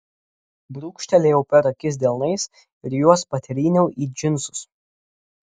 brūkštelėjau per akis delnais ir juos patryniau į džinsus